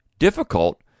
Difficult